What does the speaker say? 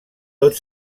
tot